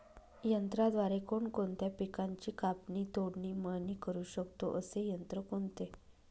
यंत्राद्वारे कोणकोणत्या पिकांची कापणी, तोडणी, मळणी करु शकतो, असे यंत्र कोणते?